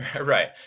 Right